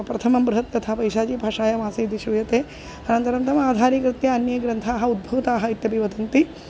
प्रथमं बृहत्कथा पैशाचिभाषायाम् आसीदिति श्रूयते अनन्तरं तम् आधारीकृत्य अन्ये ग्रन्थाः उद्भूताः इत्यपि वदन्ति